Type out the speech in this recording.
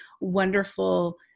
wonderful